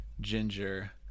ginger